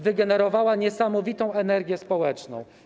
Wygenerowała niesamowitą energię społeczną.